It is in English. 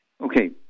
Okay